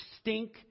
stink